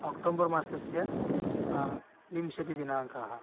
अक्टोम्बर् मासस्य विंशतिदिनाङ्कः